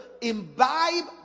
imbibe